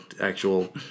actual